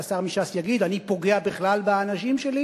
והשר מש"ס יגיד: אני פוגע בכלל באנשים שלי.